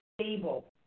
stable